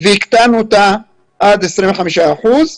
והקטנו אותה עד 25 אחוזים.